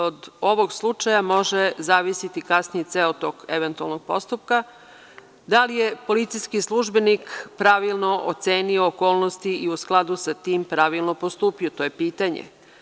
Od ovog slučaja može zavisiti kasnije ceo tok eventualnog postupka - da li je policijski službenik pravilno ocenio okolnosti u i u skladu sa tim pravilno postupio, to je pitanje?